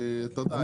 אתה יודע,